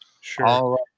sure